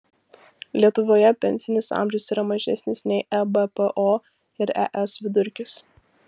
lietuvoje pensinis amžius yra mažesnis nei ebpo ir es vidurkis